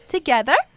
Together